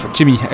Jimmy